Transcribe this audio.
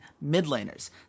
mid-laners